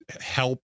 help